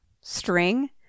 string